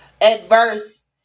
adverse